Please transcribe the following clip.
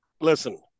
listen